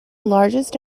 largest